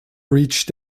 reached